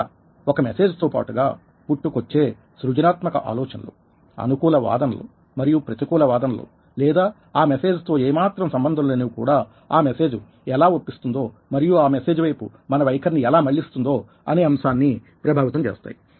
ఇక్కడ ఒక మెసేజ్ తో పాటుగా పుట్టుకొచ్చే సృజనాత్మక ఆలోచనలు అనుకూల వాదనలు మరియు ప్రతికూల వాదనలు లేదా ఆ మెసేజ్ తో ఏ మాత్రం సంబంధం లేనివి కూడా ఆ మెసేజ్ ఎలా ఒప్పిస్తుందో మరియు ఆ మెసేజ్ వైపు మన వైఖరిని ఎలా మళ్ళిస్తుందో అనే అంశాన్ని ప్రభావితం చేస్తాయి